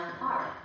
Park